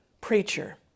preacher